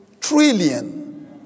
trillion